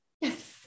yes